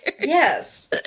Yes